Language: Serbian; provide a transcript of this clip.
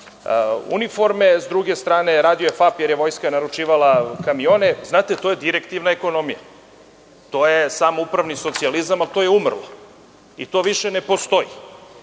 uniforme, s druge strane, radio je FAP jer je vojska naručivala kamione. Znate, to je direktivna ekonomija, to je samoupravni socijalizam, to je umrlo, to više ne postoji.